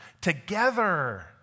together